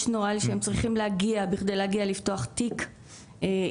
יש נוהל שהם צריכים להגיע בכדי להגיע לפתוח תיק ידני,